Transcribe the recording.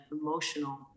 emotional